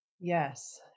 Yes